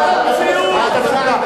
זאת המציאות, זאת המציאות.